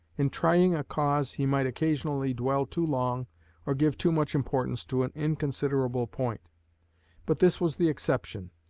in trying a cause he might occasionally dwell too long or give too much importance to an inconsiderable point but this was the exception,